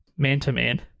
man-to-man